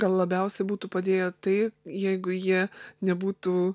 gal labiausiai būtų padėję tai jeigu jie nebūtų